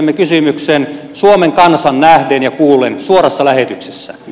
me esitämme kysymyksen suomen kansan nähden ja kuullen suorassa lähetyksessä